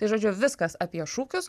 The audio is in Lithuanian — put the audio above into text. tai žodžiu viskas apie šūkius